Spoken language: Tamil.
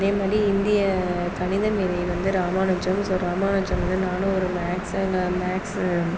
அதேமாரி இந்திய கணித மேதை வந்து ராமானுஜம் ஸோ ராமானுஜம் வந்து நானும் ஒரு மேக்ஸ் மேக்ஸு